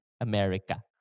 America